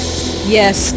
Yes